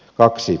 kaksi